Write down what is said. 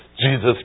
Jesus